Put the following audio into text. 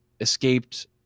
escaped